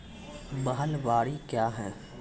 महलबाडी क्या हैं?